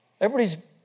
Everybody's